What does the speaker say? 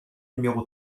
numéro